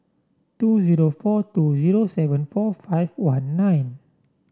two zero four two zero seven four five one nine